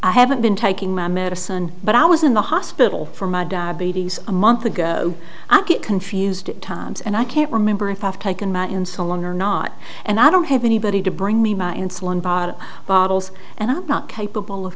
i haven't been taking my medicine but i was in the hospital for my diabetes a month ago i get confused at times and i can't remember if i've taken my insulin or not and i don't have anybody to bring me my insulin bought bottles and i'm not capable of